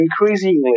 Increasingly